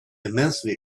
immensely